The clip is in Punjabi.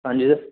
ਹਾਂਜੀ ਸਰ